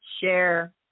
share